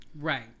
right